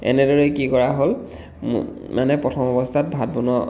এনেদৰেই কি কৰা হ'ল মানে প্ৰথম অৱস্থাত ভাত বনোৱা